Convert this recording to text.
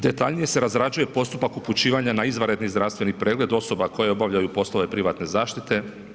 Detaljnije se razrađuje postupak upućivanja na izvanredni zdravstveni pregled osoba koje obavljaju poslove privatne zaštite.